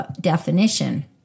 definition